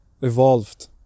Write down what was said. evolved